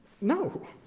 No